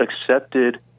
accepted